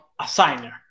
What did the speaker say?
assigner